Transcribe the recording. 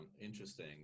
interesting